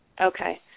Okay